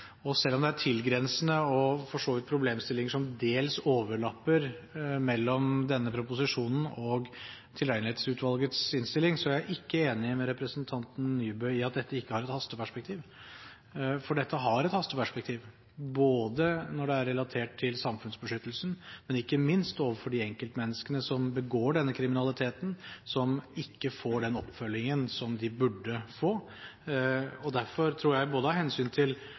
Selv om det er tilgrensende og for så vidt problemstillinger som dels overlapper mellom denne proposisjonen og Tilregnelighetsutvalgets innstilling, er jeg ikke enig med representanten Nybø i at dette ikke har et hasteperspektiv. Dette har et hasteperspektiv når det er relatert til samfunnsbeskyttelsen, men ikke minst overfor de enkeltmenneskene som begår denne kriminaliteten, som ikke får den oppfølgingen som de burde få. Derfor tror jeg, av hensyn til både ofrene for denne kriminaliteten og utøverne av